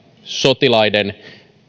sotilaiden